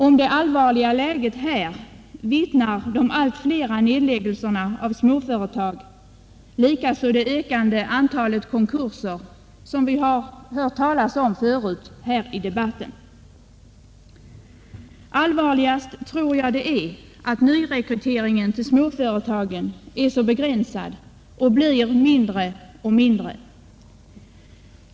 Om det allvarliga läget vittnar de allt flera nedläggningarna av småföretag liksom det ökande antalet konkurser som vi hört talas om förut här i debatten. Allvarligast tror jag att det är att nyrekryteringen till småföretagen är så begränsad och blir allt mindre.